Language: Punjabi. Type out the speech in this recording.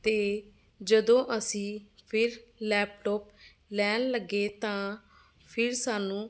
ਅਤੇ ਜਦੋਂ ਅਸੀਂ ਫਿਰ ਲੈਪਟੋਪ ਲੈਣ ਲੱਗੇ ਤਾਂ ਫਿਰ ਸਾਨੂੰ